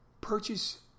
Purchase